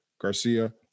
Garcia